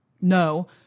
no